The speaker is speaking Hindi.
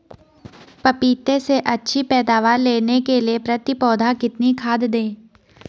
पपीते से अच्छी पैदावार लेने के लिए प्रति पौधा कितनी खाद दें?